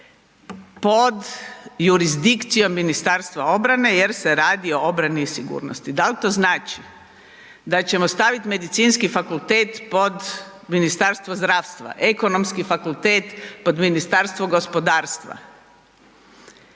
pod jurisdikcijom Ministarstva obrane jel se radi o obrani i sigurnosti. Da li to znači da ćemo staviti Medicinski fakultet pod Ministarstvo zdravstva, Ekonomski fakultet pod Ministarstvo gospodarstva?